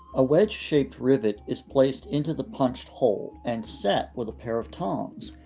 a wedge-shaped rivet is placed into the punched hole and set with a pair of tongs.